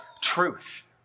truth